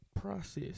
process